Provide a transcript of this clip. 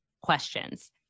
questions